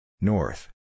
North